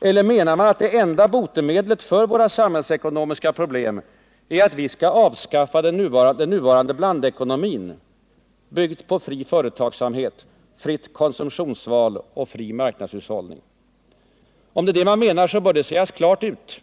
Eller menar man att det enda botemedlet för våra samhällsekonomiska problem är att vi måste avskaffa den nuvarande blandekonomin, byggd på fri företagsamhet, fritt konsumtionsval och fri marknadshushållning? Om det är det man menar, bör detta klart sägas ut.